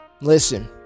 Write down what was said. listen